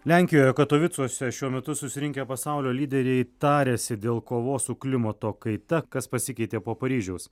lenkijoje katovicuose šiuo metu susirinkę pasaulio lyderiai tariasi dėl kovos su klimato kaita kas pasikeitė po paryžiaus